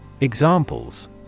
Examples